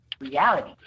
reality